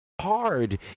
hard